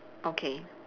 okay